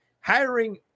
Hiring